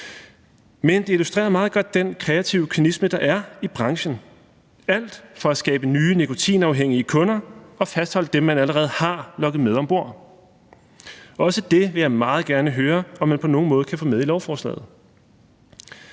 Men det illustrerer meget godt den kreative kynisme, der er i branchen – alt for at skabe nye nikotinafhængige kunder og fastholde dem, man allerede har lokket med om bord. Også det vil jeg meget gerne høre om man på nogen måde kan få med i lovforslaget.